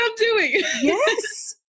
Yes